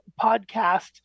podcast